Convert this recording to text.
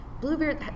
Bluebeard